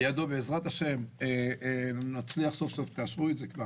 לידו בעזרת השם נצליח תאשרו את זה כבר